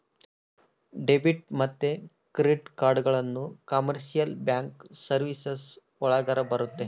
debit ಮತ್ತೆ credit ಕಾರ್ಡ್ಗಳನ್ನ commercial bank services ಒಳಗರ ಬರುತ್ತೆ